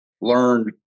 learned